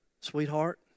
sweetheart